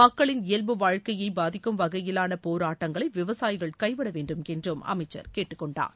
மக்களின் இயல்பு வாழ்க்கையைப் பாதிக்கும் வகையிலான போராட்டங்களை விவசாயிகள் கைவிட வேண்டும் என்றும் அமைச்சர் கேட்டுக் கொண்டார்